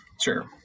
sure